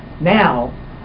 now